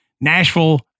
Nashville